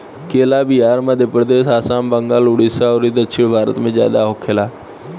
केला बिहार, मध्यप्रदेश, आसाम, बंगाल, उड़ीसा अउरी दक्षिण भारत में ज्यादा होखेला